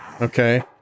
Okay